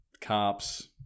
cops